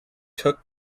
took